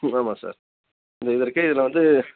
ம் ஆமாம் சார் இது இது இருக்குது இதில் வந்து